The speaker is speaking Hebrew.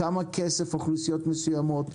כמה כסף יוסיפו אוכלוסיות מסוימות,